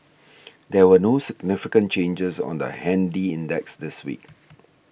there were no significant changes on the handy index this week